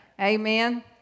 Amen